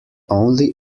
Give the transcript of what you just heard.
only